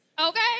Okay